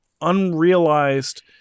unrealized